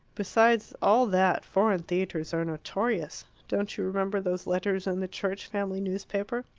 besides all that, foreign theatres are notorious. don't you remember those letters in the church family newspaper?